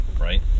right